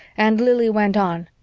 and lili went on,